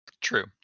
True